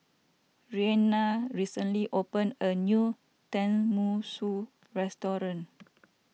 Reina recently opened a new Tenmusu Restaurant